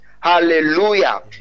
hallelujah